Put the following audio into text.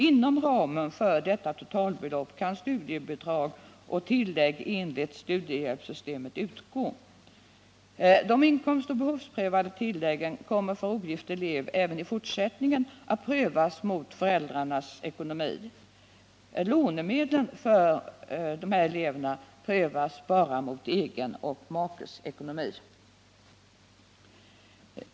Inom ramen för detta totalbelopp kan studiebidrag och tillägg enligt studiehjälpssystemet utgå. De inkomstoch behovsprövade tilläggen kommer för ogift elev även i fortsättningen att prövas mot föräldrarnas ekonomi. Lånemedlen för dessa elever prövas endast mot egen och makes ekonomi.